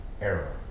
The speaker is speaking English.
error